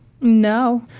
No